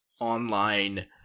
Online